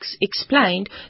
explained